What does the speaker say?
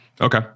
Okay